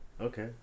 okay